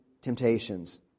temptations